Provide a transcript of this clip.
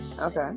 Okay